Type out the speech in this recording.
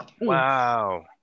Wow